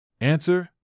Answer